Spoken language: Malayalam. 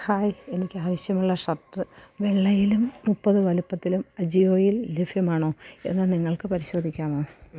ഹായ് എനിക്ക് ആവശ്യമുള്ള ഷർട്ട് വെള്ളയിലും മുപ്പത് വലുപ്പത്തിലും അജിയോയിൽ ലഭ്യമാണോ എന്ന് നിങ്ങൾക്ക് പരിശോധിക്കാമോ